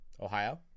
Ohio